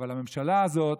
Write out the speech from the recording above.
אבל הממשלה הזאת,